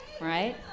right